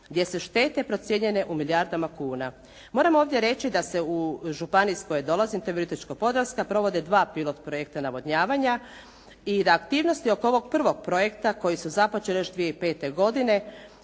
gdje su štete procijenjene u milijardama kuna. Moram ovdje reći da se u županiji iz koje dolazim Virovitičko-podravska provode dva pilot projekta navodnjavanja i da aktivnosti oko ovog prvog projekta koji su započeli još 2005. godine